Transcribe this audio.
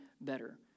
better